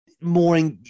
more